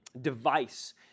device